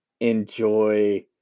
enjoy